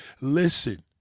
listen